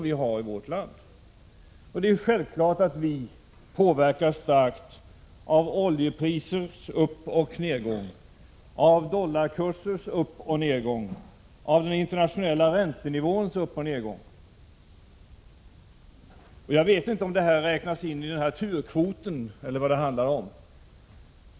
Det är självklart att vi påverkas starkt av oljeprisers uppoch nedgång, av dollarkursers uppoch nedgång, av den internationella räntenivåns uppoch nedgång. Jag vet inte om detta räknas in i turkvoten — eller vad det handlar om.